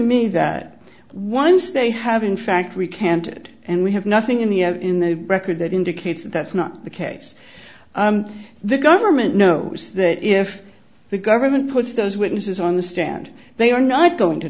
me that once they have in fact recanted and we have nothing in the in the record that indicates that that's not the case the government knows that if the government puts those witnesses on the stand they are not going to